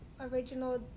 original